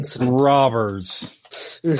robbers